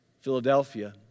Philadelphia